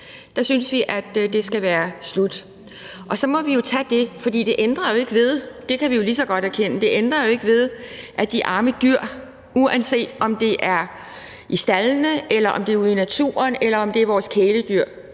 Der synes vi, at det skal være slut. Og så må vi jo tage det med. For det ændrer ikke ved – det kan vi lige så godt erkende – at de arme dyr, uanset om det er i staldene, om det er ude i naturen, eller om det er vores kæledyr,